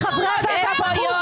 כמו פרופ'